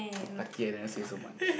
lucky I never say so much